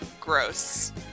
Gross